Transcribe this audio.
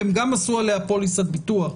והם גם עשו עליה פוליסת ביטוח.